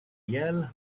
yell